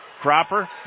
Cropper